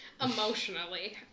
Emotionally